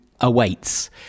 awaits